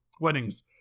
weddings